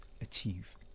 achieve